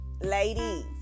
ladies